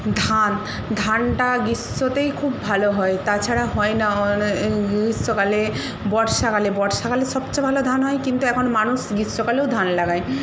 ধান ধানটা গ্রীষ্মতেই খুব ভালো হয় তাছাড়া হয় না গ্রীষ্মকালে বর্ষাকালে বর্ষাকালে সবচেয়ে ভালো ধান হয় কিন্তু এখন মানুষ গীষ্মকালেও ধান লাগায়